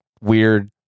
weird